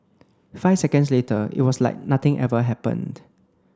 five seconds later it was like nothing ever happened